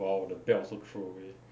!wow! the belt also throw away